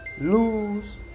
Lose